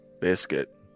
biscuit